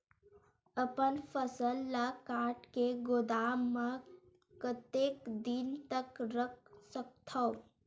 अपन फसल ल काट के गोदाम म कतेक दिन तक रख सकथव?